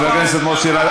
חבר הכנסת מוסי רז.